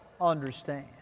understand